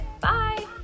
bye